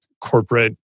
corporate